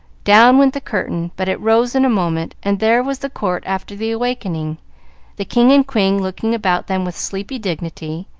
down went the curtain but it rose in a moment, and there was the court after the awakening the king and queen looking about them with sleepy dignity,